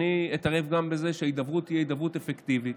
אני אתערב גם בזה שההידברות תהיה הידברות אפקטיבית,